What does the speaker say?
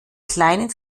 kleinen